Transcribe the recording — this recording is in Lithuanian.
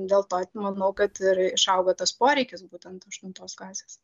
dėl to manau kad ir išaugo tas poreikis būtent aštuntos klasės